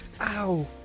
Ow